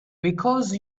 because